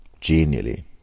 Genially